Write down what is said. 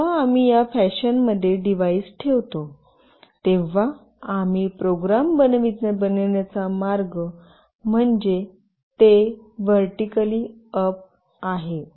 जेव्हा आम्ही या फॅशन मध्ये डिव्हाइस ठेवतो तेव्हा आम्ही प्रोग्राम बनविण्याचा मार्ग म्हणजे ते व्हर्टीकली अप आहे